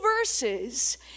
verses